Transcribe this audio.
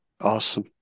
Awesome